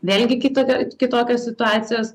vėlgi kitokia kitokios situacijos